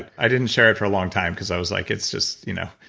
i didn't share it for a long time because i was like it's just, you know,